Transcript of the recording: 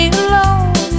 alone